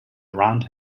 around